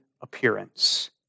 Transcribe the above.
appearance